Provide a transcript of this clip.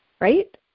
right